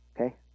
okay